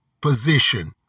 position